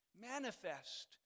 Manifest